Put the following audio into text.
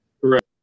Correct